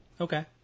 Okay